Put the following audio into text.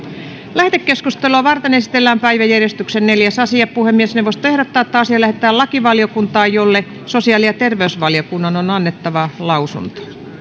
lähetekeskustelua varten esitellään päiväjärjestyksen neljäs asia puhemiesneuvosto ehdottaa että asia lähetetään lakivaliokuntaan jolle sosiaali ja terveysvaliokunnan on annettava lausunto